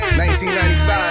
1995